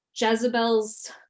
Jezebel's